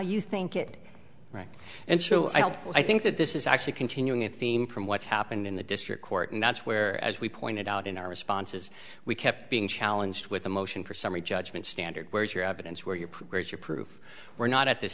you think it right and so i don't i think that this is actually continuing a theme from what's happened in the district court and that's where as we pointed out in our responses we kept being challenged with a motion for summary judgment standard where is your evidence where your progress your proof we're not at this